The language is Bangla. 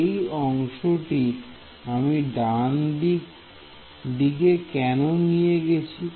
এই অংশটি আমি ডান দিকে কেন নিয়ে গেছি